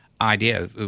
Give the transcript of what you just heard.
Idea